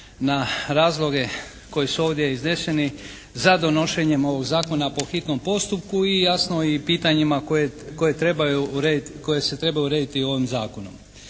na razloge koji su ovdje izneseni, za donošenjem ovog zakona po hitnom postupku i jasno pitanjima koji se trebaju urediti ovim zakonom.